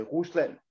Rusland